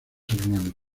hermanos